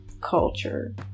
culture